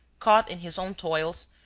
caught in his own toils,